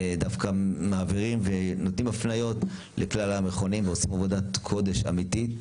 בעצמם מעבירים ונותנים הפניות לכלל המכונים ועושים עבודת קודש אמיתית.